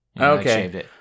Okay